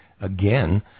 again